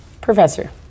Professor